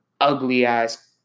ugly-ass